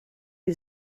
who